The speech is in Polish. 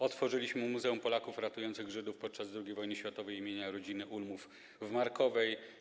Otworzyliśmy Muzeum Polaków Ratujących Żydów podczas II wojny światowej im. Rodziny Ulmów w Markowej.